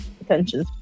attention